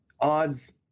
odds